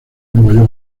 nueva